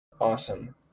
awesome